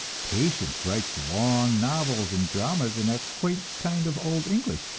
patience writes long novels and dramas in a quaint kind of old english,